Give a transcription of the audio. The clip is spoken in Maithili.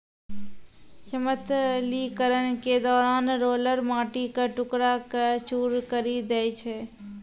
समतलीकरण के दौरान रोलर माटी क टुकड़ा क चूर करी दै छै